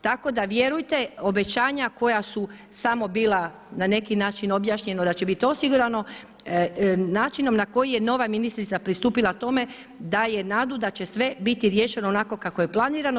Tako da vjerujte obećanja koja su samo bila na neki način objašnjena da će biti osigurano načinom na koji je nova ministrica pristupila tome daje nadu da će sve biti riješeno onako kako je planirano.